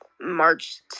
March